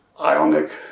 ionic